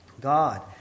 God